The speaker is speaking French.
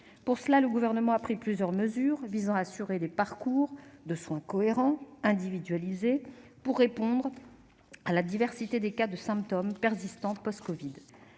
Pour cela, le Gouvernement a pris plusieurs mesures visant à assurer des parcours de soins cohérents, individualisés, pour répondre à la diversité des cas de symptômes persistants post-covid.